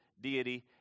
deity